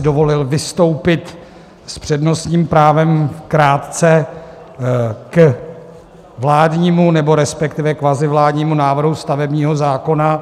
Dovolil jsem si vystoupit s přednostním právem krátce k vládnímu, nebo respektive kvazi vládnímu návrhu stavebního zákona.